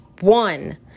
one